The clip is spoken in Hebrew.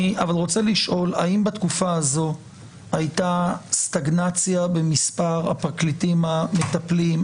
האם בתקופה הזו הייתה סטגנציה במספר הפרקליטים המטפלים?